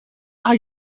are